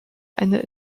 eine